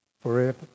forever